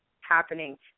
happening